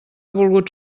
volgut